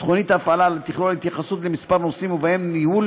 תוכנית ההפעלה תכלול התייחסות לכמה נושאים ובהם ניהול